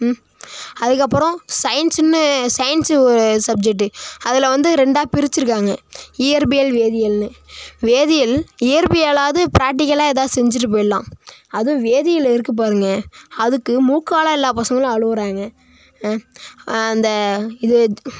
அதுக்கப்பறம் சயின்ஸுன்னு science subject அதில் வந்து ரெண்டாக பிரிச்சிருக்காங்க இயற்பியல் வேதியல்னு வேதியல் இயற்பியலாது ப்ராக்டிகலாக எதாது செஞ்சிட்டு போயிடலாம் அதுவும் வேதியல் இருக்கு பாருங்க அதுக்கு மூக்கால எல்லா பசங்களும் அழுகிறாங்க அந்த இது